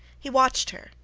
he watched her,